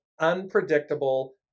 unpredictable